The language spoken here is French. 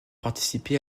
participé